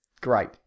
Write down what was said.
Great